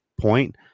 point